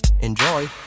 Enjoy